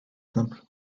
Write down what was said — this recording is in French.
simple